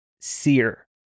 sear